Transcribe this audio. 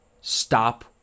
Stop